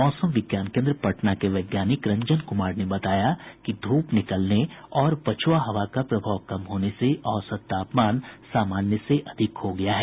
मौसम विज्ञान केन्द्र पटना के वैज्ञानिक रंजन कुमार ने बताया कि धूप निकलने और पछुआ हवा का प्रभाव कम होने से औसत तापमान सामान्य से अधिक हो गया है